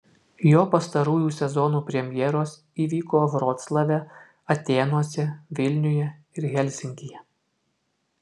jo pastarųjų sezonų premjeros įvyko vroclave atėnuose vilniuje ir helsinkyje